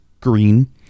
green